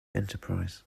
enterprise